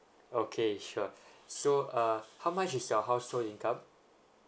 okay sure so uh how much is your household income